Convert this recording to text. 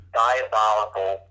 diabolical